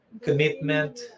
commitment